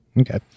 Okay